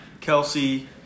Kelsey